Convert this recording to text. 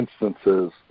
instances